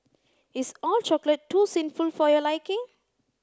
is all chocolate too sinful for your liking